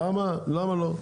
למה לא?